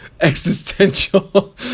existential